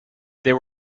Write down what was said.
there